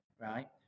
right